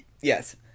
Yes